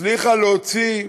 הצליחה להוציא,